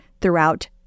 throughout